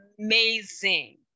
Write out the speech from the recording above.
amazing